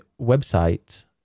website